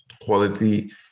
quality